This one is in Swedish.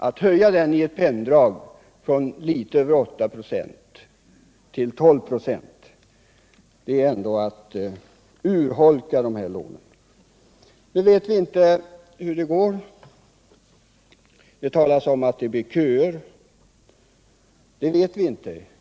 Att i ett penndrag höja räntan från litet över 8 0 till 12 "6 är ändå att urholka fördelarna med de här lånen. Nu vet vi inte hur det går. Det talas om att det blir köer, men det vet vi inte.